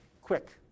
quick